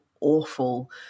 awful